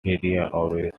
ovaries